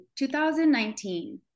2019